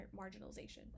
marginalization